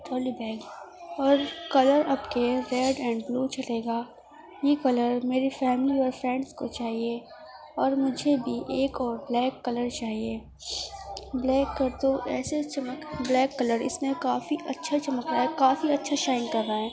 trolley bag اور colour اب کے ریڈ اینڈ بلو چلے گا یہ کلر میری فیملی اور فرینڈس کو چاہیے اور مجھے بھی ایک اور بلیک کلر چاہیے بلیک تو ایسے چمک بلیک کلر اس میں کافی اچھا چمک رہا ہے کافی اچھا شائن کر رہا ہے